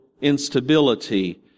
instability